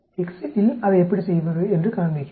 எக்செல்லில் அதை எப்படி செய்வது என்று காண்பிக்கிறேன்